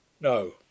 No